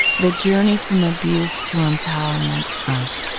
the journey from abuse to empowerment of